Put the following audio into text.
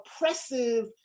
oppressive